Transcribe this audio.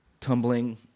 tumbling